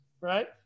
right